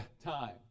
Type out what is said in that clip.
time